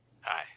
hi